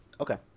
Okay